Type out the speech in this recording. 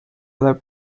other